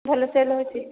ଭଲ ସେଲ୍ ହେଉଛି